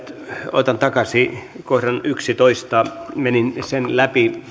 otan takaisin kohdan yhdennentoista menin sen läpi